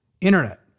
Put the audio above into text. internet